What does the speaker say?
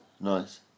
nice